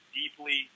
deeply